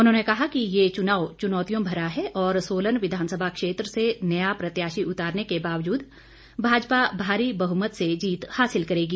उन्होंने कहा कि ये चुनाव चुनौतियों भरा है और सोलन विधानसभा क्षेत्र से नया प्रत्याशी उतारने के बावजूद भाजपा भारी बहुमत से जीत हासिल करेगी